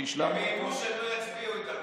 שהשלמנו, שיקלי, הם איימו שהם לא יצביעו איתם.